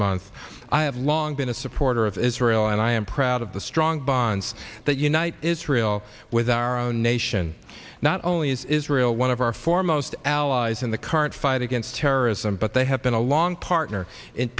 month i have long been a supporter of israel and i am proud of the strong bonds that unite israel with our own nation not only is israel one of our foremost allies in the current fight against terrorism but they have been a long partner in